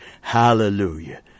Hallelujah